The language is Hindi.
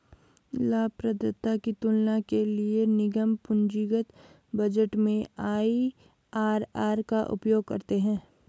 लाभप्रदाता की तुलना के लिए निगम पूंजीगत बजट में आई.आर.आर का उपयोग करते हैं